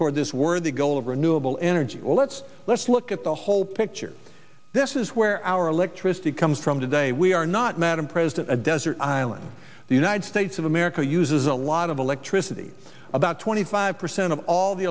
for this worthy goal of renewable energy let's let's look at the whole picture this is where our electricity comes from today we are not madame president a desert island the united states of america uses a lot of electricity about twenty five percent of all the